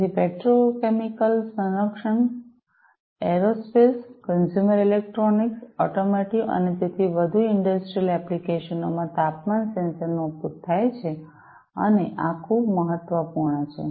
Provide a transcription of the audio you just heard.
તેથી પેટ્રોકેમિકલ સંરક્ષણ aerospace consumer electronics automotive અને તેથી વધુ ઇંડસ્ટ્રિયલ એપ્લિકેશન્સમાં તાપમાન સેન્સર નો ઉપયોગ થાય છે અને આ ખૂબ મહત્વપૂર્ણ છે